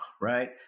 Right